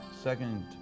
Second